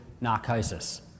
narcosis